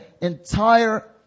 entire